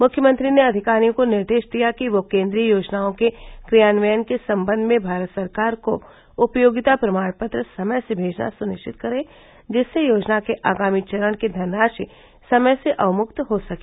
मुख्यमंत्री ने अधिकारियों को निर्देश दिया कि वह केन्द्रीय योजनाओं के क्रियान्वयन के सम्बन्ध में भारत सरकार को उपयोगिता प्रमाण पत्र समय से भेजना सुनिश्चित करे जिससे योजना के आगामी चरण की धनराशि समय से अवमुक्त हो सके